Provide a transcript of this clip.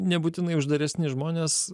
nebūtinai uždaresni žmonės